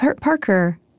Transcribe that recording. Parker